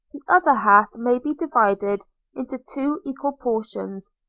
other half may be divided into two equal portions.